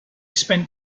spent